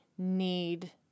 need